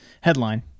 Headline